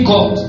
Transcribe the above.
God